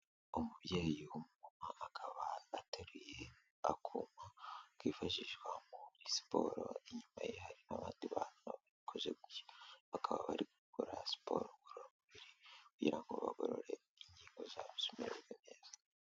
Umubyeyi w'umumama, akaba atari akuma kifashishwa muri siporo. Inyuma ye harimo abandi bantu babikoze gutyo. Bakaba bari gukora siporo ngororamubiri, kugira ngo bagorore ingingo zabo zimererwe neza.